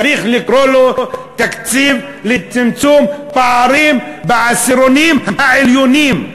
צריך לקרוא לו: תקציב לצמצום פערים בעשירונים העליונים.